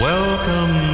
Welcome